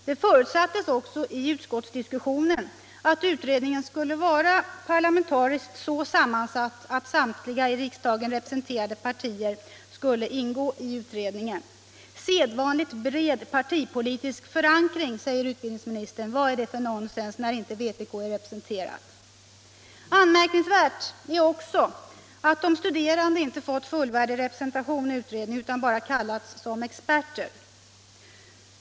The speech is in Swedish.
Det förutsattes också i utskottsdiskussionen att utredningen skulle vara parlamentariskt så sammansatt att samtliga i riksdagen representerade partier skulle ingå i utredningen. Utredningen har fått ”sedvanligt bred partipolitisk förankring”, säger utbildningsministern. Vad är det för nonsens när vpk inte är representerat! Anmärkningsvärt är också att de studerande inte fått fullvärdig representation i utredningen utan bara kallats som experter.